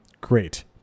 Great